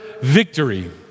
victory